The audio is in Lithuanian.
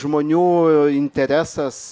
žmonių interesas